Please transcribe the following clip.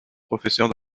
professeur